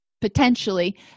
potentially